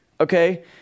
Okay